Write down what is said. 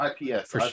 IPS